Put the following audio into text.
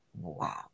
Wow